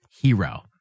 hero